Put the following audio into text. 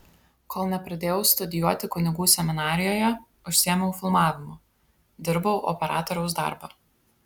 kol nepradėjau studijuoti kunigų seminarijoje užsiėmiau filmavimu dirbau operatoriaus darbą